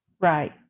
Right